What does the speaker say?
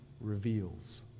reveals